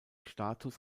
status